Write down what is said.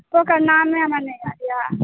तकर नाम नहि हमरा याद यए